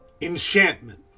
Enchantment